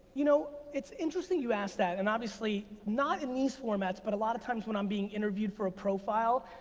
you know, it's interesting you ask that, and obviously, not in these formats, but a lot of times when i'm being interviewed for a profile,